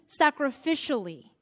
sacrificially